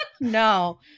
No